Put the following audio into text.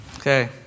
Okay